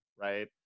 right